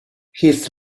his